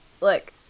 look